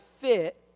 fit